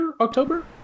october